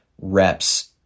reps